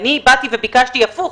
אני ביקשתי הפוך,